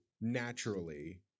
naturally